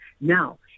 Now